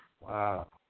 Wow